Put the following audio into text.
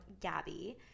Gabby